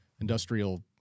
industrial